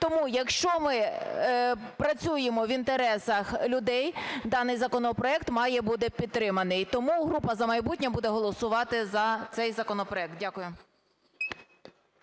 Тому, якщо ми працюємо в інтересах людей, даний законопроект має бути підтриманий. Тому група "За майбутнє" буде голосувати за цей законопроект. Дякую.